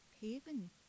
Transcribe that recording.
haven